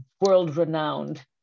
world-renowned